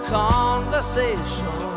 conversation